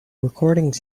recordings